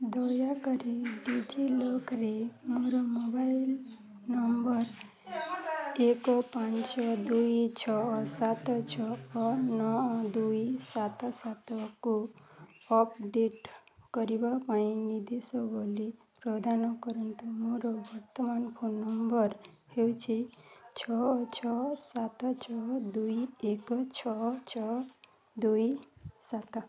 ଦୟାକରି ଡିଜିଲକର୍ରେ ମୋର ମୋବାଇଲ୍ ନମ୍ବର୍ ଏକ ପାଞ୍ଚ ଦୁଇ ଛଅ ସାତ ଛଅ ନଅ ଦୁଇ ସାତ ସାତକୁ ଅପଡ଼େଟ୍ କରିବା ପାଇଁ ନିର୍ଦ୍ଦେଶାବଳୀ ପ୍ରଦାନ କରନ୍ତୁ ମୋର ବର୍ତ୍ତମାନ ଫୋନ୍ ନମ୍ବର୍ ହେଉଛି ଛଅ ଛଅ ସାତ ଛଅ ଦୁଇ ଏକ ଛଅ ଛଅ ଦୁଇ ସାତ